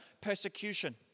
persecution